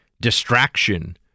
distraction